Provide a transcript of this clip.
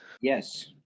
Yes